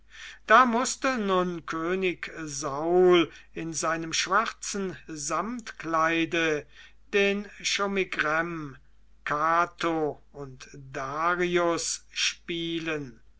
da mußte nun könig saul in seinem schwarzen samtkleide den chaumigrem cato und darius spielen